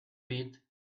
read